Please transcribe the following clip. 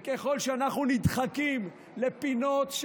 וככל שאנחנו נדחקים לפינות,